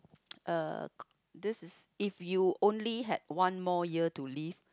uh this is if you only had one more year to live